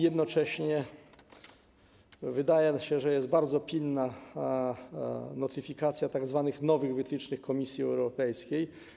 Jednocześnie wydaje się, że bardzo pilna jest notyfikacja tzw. nowych wytycznych Komisji Europejskiej.